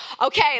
Okay